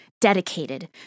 dedicated